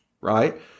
right